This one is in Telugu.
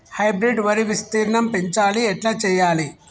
హైబ్రిడ్ వరి విస్తీర్ణం పెంచాలి ఎట్ల చెయ్యాలి?